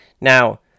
Now